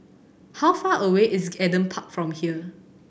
how far away is Adam Park from here